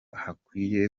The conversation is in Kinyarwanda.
hakwiye